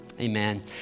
Amen